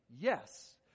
yes